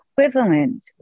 equivalent